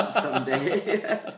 someday